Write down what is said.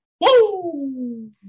Woo